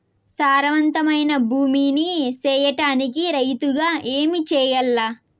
సారవంతమైన భూమి నీ సేయడానికి రైతుగా ఏమి చెయల్ల?